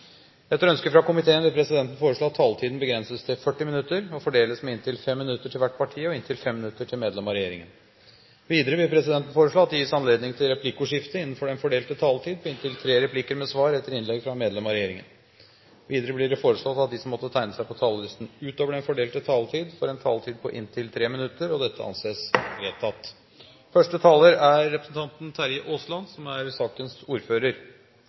Etter ønske fra transport- og kommunikasjonskomiteen vil presidenten foreslå at taletiden begrenses til 40 minutter og fordeles med inntil 5 minutter til hvert parti og inntil 5 minutter til medlem av regjeringen. Videre vil presidenten foreslå at det gis anledning til replikkordskifte på inntil tre replikker med svar etter innlegg fra medlem av regjeringen innenfor den fordelte taletid. Videre blir det foreslått at de som måtte tegne seg på talerlisten utover den fordelte taletid, får en taletid på inntil 3 minutter. – Det anses vedtatt. Representanter fra Fremskrittspartiet har fremmet forslag som